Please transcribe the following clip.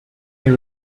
year